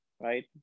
Right